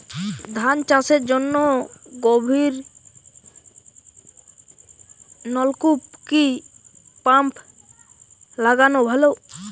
ধান চাষের জন্য গভিরনলকুপ কি পাম্প লাগালে ভালো?